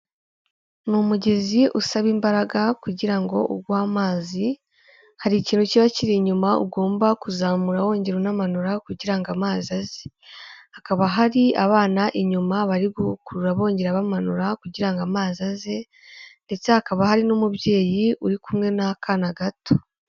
Ni umugezi usaba imbaraga kugirango ngo uguha amazi, hari ikintu kiba kiri inyuma ugomba kuzamura wongera unamanura kugira ngo amazi aze, hakaba hari abana inyuma bari gukurura bongera bamanura kugira ngo amazi aze, ndetse hakaba hari n'umubyeyi uri kumwe n'akana gato.